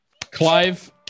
Clive